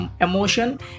emotion